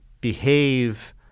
behave